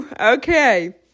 Okay